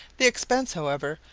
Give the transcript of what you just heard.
the expense, however,